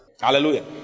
Hallelujah